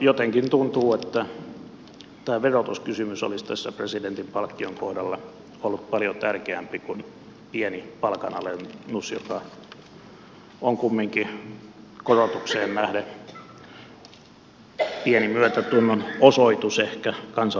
jotenkin tuntuu että tämä verotuskysymys olisi tässä presidentin palkkion kohdalla ollut paljon tärkeämpi kuin pieni palkanalennus joka on kumminkin korotukseen nähden ehkä pieni myötätunnon osoitus kansalaisia kohtaan